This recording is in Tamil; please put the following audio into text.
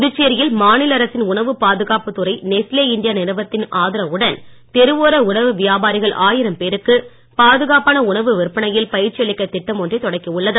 புதுச்சேரியில் மாநில அரசின் உணவுப் பாதுகாப்புத் துறை நெஸ்லே இண்டியா நிறுவனத்தின் ஆதரவுடன் தெருவோர உணவு வியாபாரிகள் ஆயிரம் பேருக்கு பாதுகாப்பான உணவு விற்பனையில் பயிற்சி அளிக்கத் திட்டம் ஒன்றைத் தொடக்கியுள்ளது